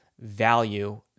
value